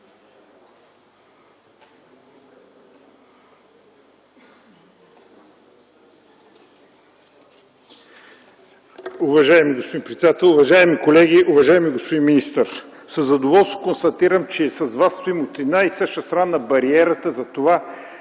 Уважаеми господин председател, уважаеми колеги! Уважаеми господин министър, със задоволство констатирам, че с Вас стоим от една и съща страна на бариерата и